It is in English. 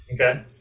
Okay